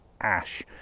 ash